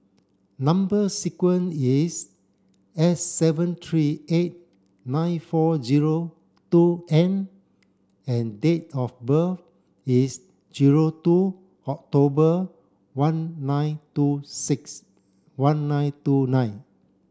number sequence is S seven three eight nine four zero two N and date of birth is zero two October one nine two six one nine two nine